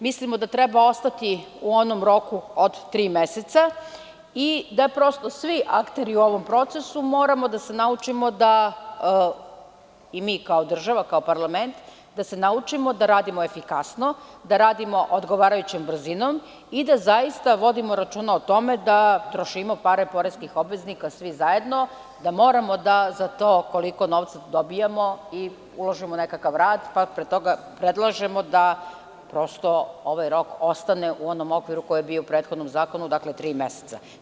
Mislimo da treba ostati u onom roku od tri meseca i da prosto svi akteri u ovom procesu moramo da se naučimo da i mi kao država, kao parlament, da se naučimo da radimo efikasno, da radimo odgovarajućom brzinom i da zaista vodimo računa o tome da trošimo pare poreskih obveznika svi zajedno, da moramo da za to koliko novca dobijemo uložimo u nekakav rad, pa predlažemo da prosto ovaj rok ostane u onom okviru koji je bio u prethodnom zakonu, dakle, tri meseca.